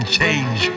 change